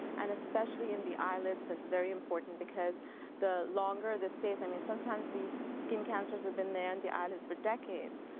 and especially in the eyelids, it's very important because the longer this stays i mean sometimes these skin cancers have been on the eyelids for decades,